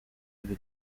ibi